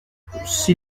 s’il